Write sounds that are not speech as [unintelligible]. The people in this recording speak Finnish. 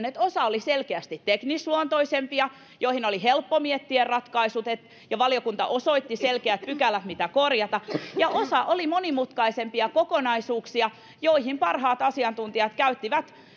[unintelligible] että osa oli selkeästi teknisluonteisempia huomautuksia joihin oli helppo miettiä ratkaisut ja valiokunta osoitti selkeät pykälät mitä korjata ja osa oli monimutkaisempia kokonaisuuksia joihin parhaat asiantuntijat käyttivät